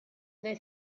they